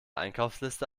einkaufsliste